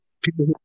people